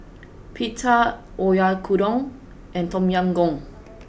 Pita Oyakodon and Tom Yam Goong